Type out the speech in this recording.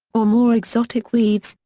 or more exotic weaves,